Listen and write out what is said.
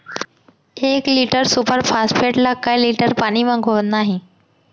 एक litre super phosphate ला कए लीटर पानी मा घोरना हे?